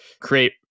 create